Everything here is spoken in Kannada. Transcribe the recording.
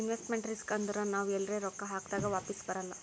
ಇನ್ವೆಸ್ಟ್ಮೆಂಟ್ ರಿಸ್ಕ್ ಅಂದುರ್ ನಾವ್ ಎಲ್ರೆ ರೊಕ್ಕಾ ಹಾಕ್ದಾಗ್ ವಾಪಿಸ್ ಬರಲ್ಲ